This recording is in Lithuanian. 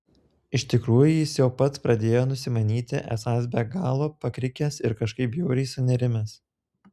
iš tikrųjų jis jau pats pradėjo nusimanyti esąs be galo pakrikęs ir kažkaip bjauriai sunerimęs